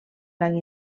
blanc